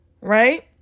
right